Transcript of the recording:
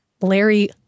Larry